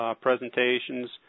presentations